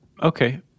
okay